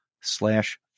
slash